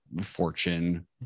fortune